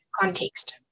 Context